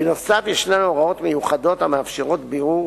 בנוסף, ישנן הוראות מיוחדות המאפשרות בירור